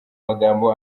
magambo